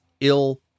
ill